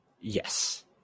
Yes